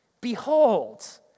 behold